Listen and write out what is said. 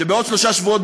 שבעוד שלושה שבועות,